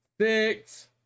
six